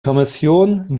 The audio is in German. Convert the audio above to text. kommission